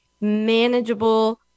manageable